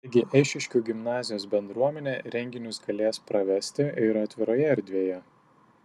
taigi eišiškių gimnazijos bendruomenė renginius galės pravesti ir atviroje erdvėje